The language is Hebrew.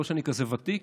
לא שאני כזה ותיק,